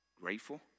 grateful